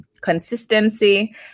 consistency